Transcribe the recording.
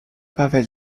pavel